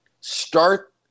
start